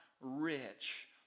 rich